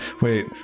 Wait